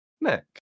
Nick